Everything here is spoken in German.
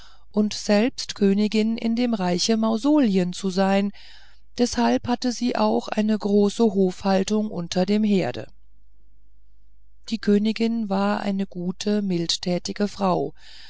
und selbst königin in dem reiche mausolien zu sein deshalb hatte sie auch eine große hofhaltung unter dem herde die königin war eine gute mildtätige frau